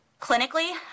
Clinically